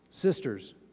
sisters